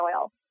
oil